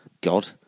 God